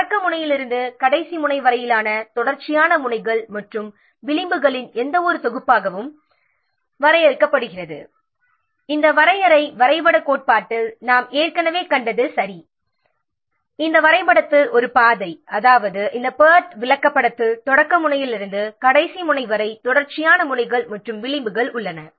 அதாவது தொடக்க முனையிலிருந்து கடைசி முனை வரையிலான தொடர்ச்சியான முனைகள் மற்றும் விளிம்புகளின் எந்தவொரு தொகுப்பாகவும் வரையறுக்கப்படுகிறது ஏற்கனவே இந்த வரையறையை நாம் வரைபடக் கோட்பாட்டில் பார்த்திருக்கிறோம் இந்த வரைபடத்தில் அதாவது இந்த பேர்ட் விளக்கப்படத்தில் ஒரு பாதை தொடக்க முனையிலிருந்து கடைசி முனை வரை தொடர்ச்சியான முனைகள் மற்றும் விளிம்புகள் உள்ளன